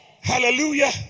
Hallelujah